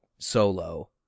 Solo